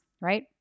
right